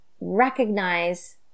Recognize